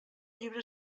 llibre